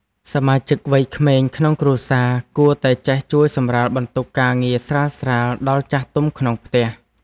សមាជិកវ័យក្មេងក្នុងគ្រួសារគួរតែចេះជួយសម្រាលបន្ទុកការងារស្រាលៗដល់ចាស់ទុំក្នុងផ្ទះ។